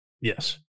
Yes